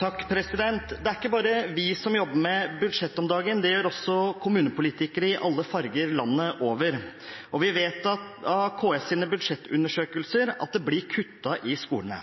ikke bare vi som jobber med budsjett om dagen – det gjør også kommunepolitikere i alle farger landet over. Vi vet fra KS’ budsjettundersøkelser at det blir kuttet i skolene.